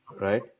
right